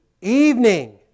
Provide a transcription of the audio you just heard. evening